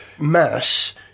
mass